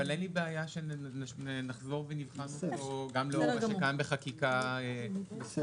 אין לי בעיה שנחזור ונבחן אותו גם לאור מה שקיים בחקיקה עדכנית.